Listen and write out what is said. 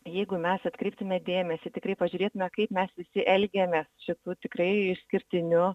jeigu mes atkreiptume dėmesį tikrai pažiūrėtume kaip mes visi elgiamės šitu tikrai išskirtiniu